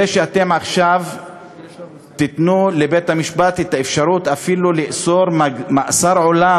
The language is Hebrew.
זה שאתם עכשיו תיתנו לבית-המשפט את האפשרות אפילו לגזור מאסר עולם